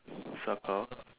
circle